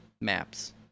maps